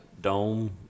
dome